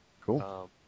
Cool